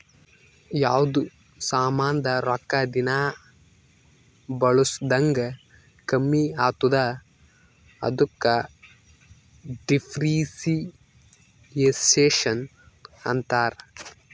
ಯಾವ್ದು ಸಾಮಾಂದ್ ರೊಕ್ಕಾ ದಿನಾ ಬಳುಸ್ದಂಗ್ ಕಮ್ಮಿ ಆತ್ತುದ ಅದುಕ ಡಿಪ್ರಿಸಿಯೇಷನ್ ಅಂತಾರ್